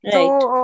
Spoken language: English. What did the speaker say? Right